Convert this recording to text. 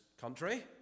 country